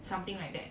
something like that